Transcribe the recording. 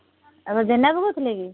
ଜେନାବାବୁ କହୁଥିଲେ କି